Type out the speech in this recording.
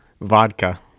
Vodka